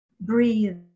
breathe